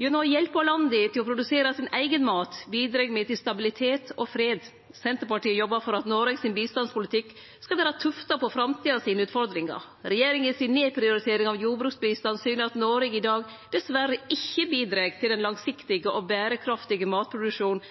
Gjennom å hjelpe landa til å produsere sin eigen mat bidreg me til stabilitet og fred. Senterpartiet jobbar for at norsk bistandspolitikk skal vere tufta på framtidsutfordringane. Regjeringa si nedprioritering av jordbruksbistand syner at Noreg i dag diverre ikkje bidreg til den langsiktige og berekraftige matproduksjonen